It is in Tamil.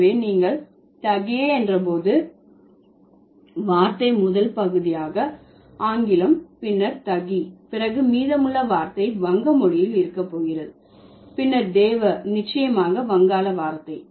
எனவே நீங்கள் தகியே என்று போது வார்த்தை முதல் பகுதியாக ஆங்கிலம் பின்னர் தகி பிறகு மீதமுள்ள வார்த்தை வங்க மொழியில் இருக்க போகிறது பின்னர் தேவ நிச்சயமாக வங்காள வார்த்தை